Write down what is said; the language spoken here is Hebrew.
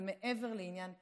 זה מעבר לעניין פוליטי.